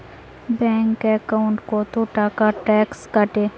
Bank একাউন্টত কতো টাকা ট্যাক্স কাটে?